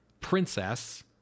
princess